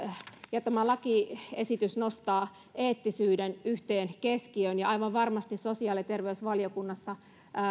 ja tämä lakiesitys nostaa eettisyyden yhteen keskiöön ja aivan varmasti sosiaali ja terveysvaliokunnassa